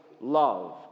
love